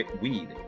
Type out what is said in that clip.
weed